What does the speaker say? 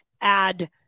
add